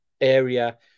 area